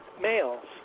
males